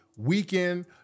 weekend